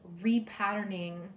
repatterning